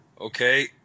okay